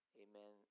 amen